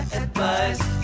advice